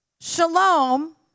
shalom